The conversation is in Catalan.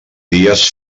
dies